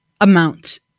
amount